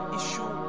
issue